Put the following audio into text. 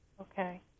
okay